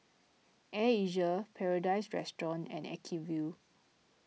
Air Asia Paradise Restaurant and Acuvue